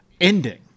ending